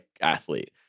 athlete